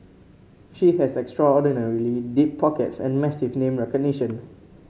she has extraordinarily deep pockets and massive name recognition